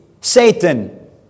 Satan